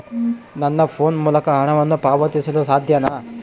ನನ್ನ ಫೋನ್ ಮೂಲಕ ಹಣವನ್ನು ಪಾವತಿಸಲು ಸಾಧ್ಯನಾ?